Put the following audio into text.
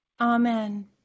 Amen